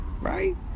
Right